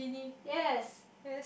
yes